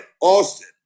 Austin